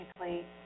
technically